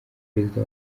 perezida